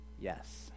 Yes